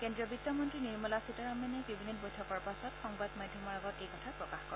কেন্দ্ৰীয় বিত্ত মন্নী নিৰ্মলা সীতাৰমণে কেবিনেট বৈঠকৰ পাছত সংবাদ মাধ্যমৰ আগত এই কথা প্ৰকাশ কৰে